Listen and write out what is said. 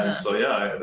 and so yeah,